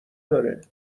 داره